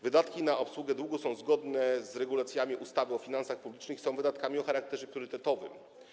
Wydatki na obsługę długu są zgodne z regulacjami ustawy o finansach publicznych i są wydatkami o charakterze priorytetowym.